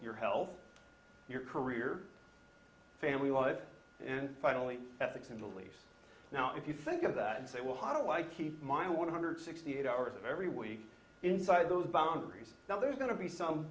your health your career family life and finally ethics and beliefs now if you think of that and say well how do i keep my one hundred sixty eight hours of every week inside those boundaries now there's going to be some